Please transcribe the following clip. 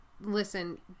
listen